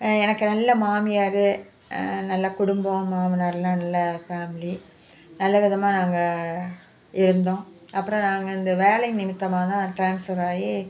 எனக்கு நல்ல மாமியார் நல்ல குடும்பம் மாமனார்லாம் நல்ல ஃபேமிலி நல்லவிதமாக நாங்கள் இருந்தோம் அப்புறம் நாங்கள் இந்த வேலை நிமித்தமாகதான் ட்ரான்ஸ்பர் ஆயி